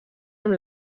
amb